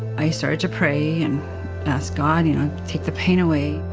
i started to pray, and ask god, you know take the pain away.